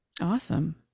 Awesome